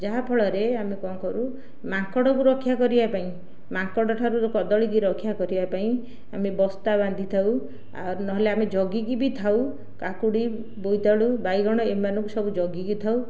ଯାହାଫଳରେ ଆମେ କଣ କରୁ ମାଙ୍କଡ଼କୁ ରକ୍ଷା କରିବା ପାଇଁ ମାଙ୍କଡ଼ଠାରୁ କଦଳୀକୁ ରକ୍ଷା କରିବା ପାଇଁ ଆମେ ବସ୍ତା ବାନ୍ଧିଥାଉ ଆଉ ନହେଲେ ଆମେ ଜଗିକି ବି ଥାଉ କାକୁଡ଼ି ବୋଇତାଳୁ ବାଇଗଣ ଏମାନଙ୍କୁ ସବୁ ଜଗିକି ଥାଉ